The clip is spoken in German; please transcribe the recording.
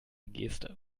geste